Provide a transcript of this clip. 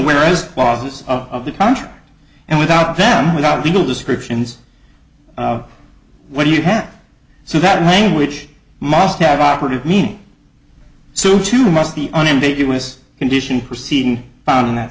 whereas laws of the country and without them without legal descriptions what do you have so that language must have operative mean so too must be unambiguous condition proceeding found in that